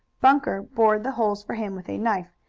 bunker bored the holes for him with a knife,